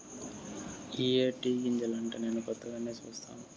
ఇయ్యే టీ గింజలంటా నేను కొత్తగానే సుస్తాను